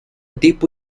tipo